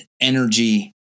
energy